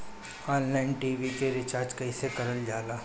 Online TV के recharge कईसे करल जाला?